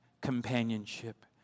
companionship